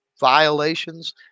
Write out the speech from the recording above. violations